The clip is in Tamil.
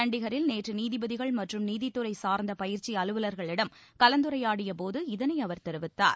சண்டிகரில் நேற்று நீதிபதிகள் மற்றும் நீதித்துறை சார்ந்த பயிற்சி அலுவலர்களிடம் கலந்துரையாடிய போது இதனை அவர் தெரிவித்தார்